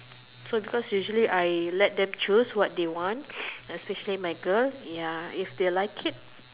so because usually I let them choose what they want especially my girl ya if they like it